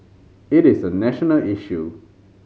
it is a national issue